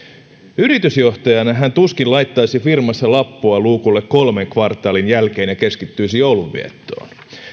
yritysjohtajana hän tuskin laittaisi firmassa lappua luukulle kolmen kvartaalin jälkeen ja keskittyisi joulun viettoon